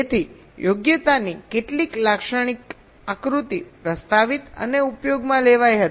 તેથી યોગ્યતાની કેટલીક લાક્ષણિક આકૃતિ પ્રસ્તાવિત અને ઉપયોગમાં લેવાઈ હતી